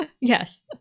Yes